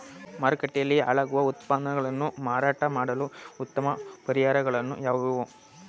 ಮಾರುಕಟ್ಟೆಯಲ್ಲಿ ಹಾಳಾಗುವ ಉತ್ಪನ್ನಗಳನ್ನು ಮಾರಾಟ ಮಾಡಲು ಉತ್ತಮ ಪರಿಹಾರಗಳು ಯಾವುವು?